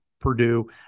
Purdue